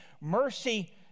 mercy